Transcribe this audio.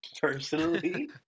personally